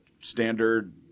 Standard